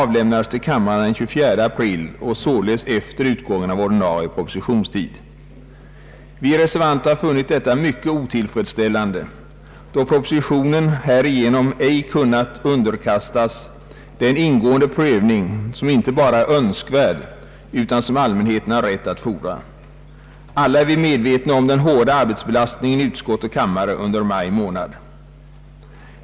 Vi reservanter har funnit detta mycket otillfredsställande då propositionen härigenom ej kunnat underkastas den ingående prövning som inte bara är önskvärd utan som allmänheten har rätt att fordra. Alla är vi medvetna om den hårda arbetsbelastningen i utskott och kammare under maj månad.